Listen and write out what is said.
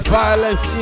violence